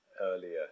earlier